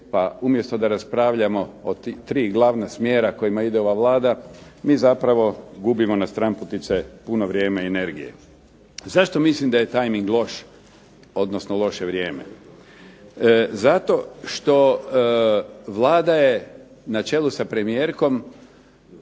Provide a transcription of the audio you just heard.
pa umjesto da raspravljamo o tri glavna smjera kojima ide ova Vlada mi zapravo gubimo na stranputice puno vrijeme i energije. Zašto mislim da je timing loš odnosno loše vrijeme? Zato što Vlada je na čelu sa premijerkom